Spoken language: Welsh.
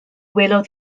welodd